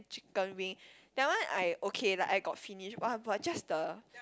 chicken wing that one I okay like I got finish !wah! but just the